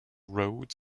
road